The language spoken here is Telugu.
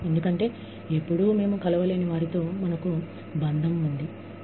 ఎందుకంటే అప్పుడు మనం ఎన్నడూ కలవని ప్రజలతో బంధం పెట్టుకున్నాము